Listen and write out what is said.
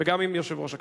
וגם עם יושב-ראש הכנסת.